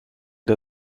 der